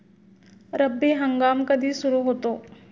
रब्बी हंगाम कधी सुरू होतो?